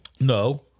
No